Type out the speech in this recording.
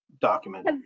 document